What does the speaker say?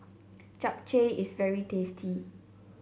Japchae is very tasty